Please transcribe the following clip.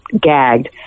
gagged